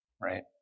Right